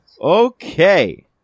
Okay